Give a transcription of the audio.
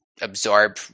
absorb